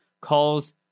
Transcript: calls